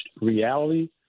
reality